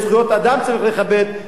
ויש זכויות אדם שצריך לכבד.